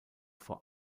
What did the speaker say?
vor